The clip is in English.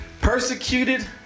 persecuted